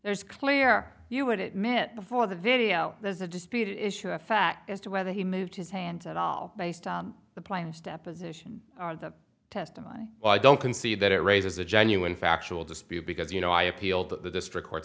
there is clear you would admit before the video there's a disputed issue of fact as to whether he moved his hands at all based on the plane's deposition or the testimony i don't concede that it raises a genuine factual dispute because you know i appeal to the district court